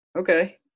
okay